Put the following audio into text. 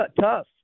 tough